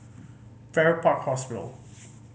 Farrer Park Hospital